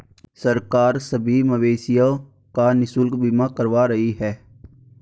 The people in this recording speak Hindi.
सरकार सभी मवेशियों का निशुल्क बीमा करवा रही है